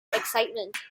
excitement